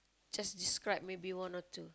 just describe maybe one or two